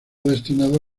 destinado